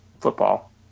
football